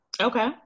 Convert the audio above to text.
Okay